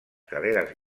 carreres